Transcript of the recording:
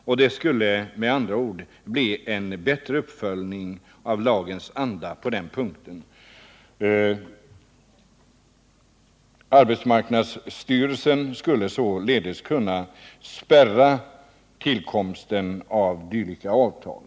Med andra ord skulle det på den punkten bli en bättre anpassning till lagens anda. Arbetsmarknadsstyrelsen skulle i fortsättningen kunna hindra tillkomsten av dylika avtal.